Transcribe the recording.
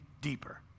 deeper